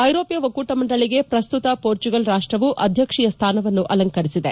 ಐರೋಪ್ಯ ಒಕ್ಕೂಟ ಮಂಡಳಿಗೆ ಪ್ರಸ್ತುತ ಪೋರ್ಚುಗಲ್ ರಾಷ್ಟವು ಅಧ್ಯಕ್ಷೀಯ ಸ್ವಾನವನ್ನು ಅಲಂಕರಿಸಿದೆ